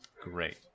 Great